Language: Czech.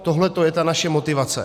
Tohle je ta naše motivace.